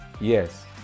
Yes